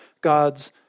God's